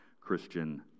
Christian